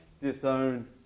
disown